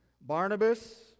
Barnabas